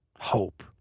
hope